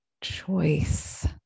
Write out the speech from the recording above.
choice